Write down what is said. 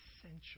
essential